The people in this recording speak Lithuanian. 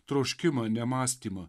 troškimą ne mąstymą